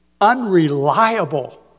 unreliable